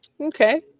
Okay